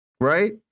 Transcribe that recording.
Right